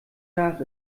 nach